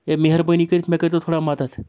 ہے مہربٲنی کٔرِتھ مےٚ کٔرۍتو تھوڑا مدتھ